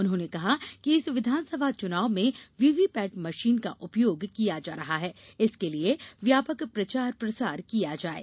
उन्होंने कहा कि इस विधानसभा चुनाव में व्हीव्हीपैट मशीन का उपयोग किया जा रहा है इसके लिए व्यापक प्रचार प्रसार किया जाये